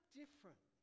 different